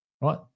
right